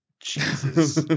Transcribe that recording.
Jesus